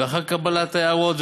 ולאחר קבלת ההערות,